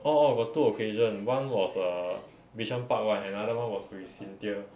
orh orh got two occasion [one] was uh bishan park [one] another [one] was with cynthia